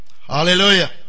Hallelujah